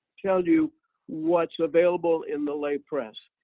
tell you what's available in the lay press.